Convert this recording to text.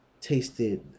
tasted